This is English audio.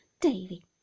Davy